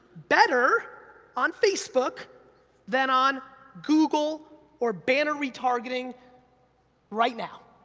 better on facebook than on google, or banner retargeting right now.